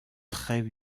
très